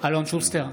אלון שוסטר,